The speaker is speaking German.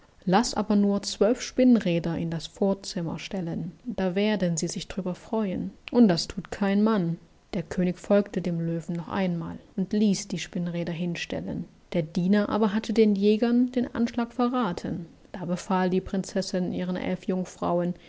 laß aber nur zwölf spinnräder in das vorzimmer stellen da werden sie sich drüber freuen und das thut kein mann der könig folgte dem löwen noch einmal und ließ die spinnräder hinstellen der diener aber hatte den jägern den anschlag verrathen da befahl die prinzessin ihren elf jungfrauen